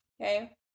Okay